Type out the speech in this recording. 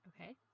Okay